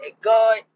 God